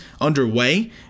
underway